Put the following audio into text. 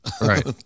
Right